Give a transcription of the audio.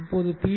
இப்போது பி